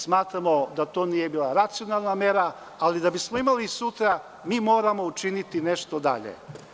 Smatramo da to nije bila racionalna mera, ali da bismo imali sutra, mi moramo učiniti nešto dalje.